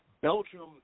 Belgium